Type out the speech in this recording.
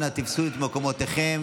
אנא תפסו את מקומותיכם.